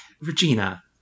Regina